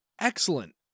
excellent